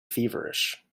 feverish